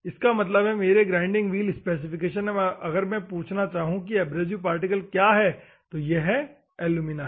इसका मतलब हैं मेरी ग्राइंडिंग व्हील स्पेसिफिकेशन में अगर मैं पूछना चहु कि एब्रेसिव पार्टिकल क्या है तो ये एलुमिना है